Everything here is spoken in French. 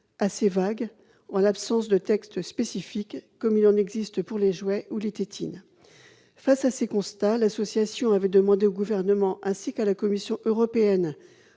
assez vague, en l'absence de textes spécifiques, comme il en existe pour les jouets ou les tétines. Face à ces constats, l'association de consommateurs susvisée avait demandé au Gouvernement ainsi qu'à la Commission européenne